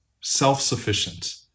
self-sufficient